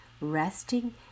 resting